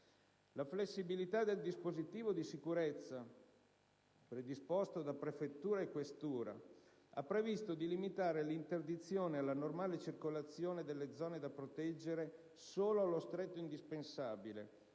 La flessibilità del dispositivo di sicurezza, predisposto da prefettura e questura, ha previsto di limitare l'interdizione alla normale circolazione delle zone da proteggere solo allo stretto indispensabile,